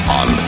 on